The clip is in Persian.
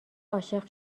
عاشق